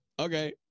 Okay